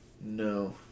No